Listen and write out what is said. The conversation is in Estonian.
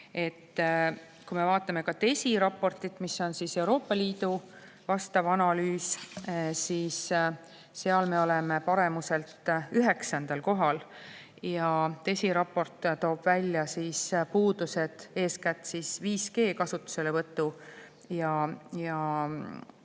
kohal. Vaatame ka DESI raportit, mis on Euroopa Liidu vastav analüüs: seal me oleme paremuselt üheksandal kohal. DESI raport toob välja puudused eeskätt 5G kasutuselevõtuga